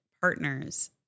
partners